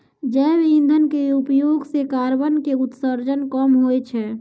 जैव इंधन के उपयोग सॅ कार्बन के उत्सर्जन कम होय छै